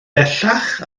bellach